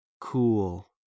cool